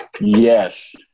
Yes